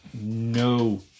no